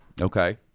Okay